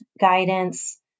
guidance